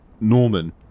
norman